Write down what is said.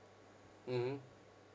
mmhmm